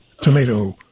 tomato